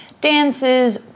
dances